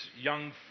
young